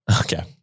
okay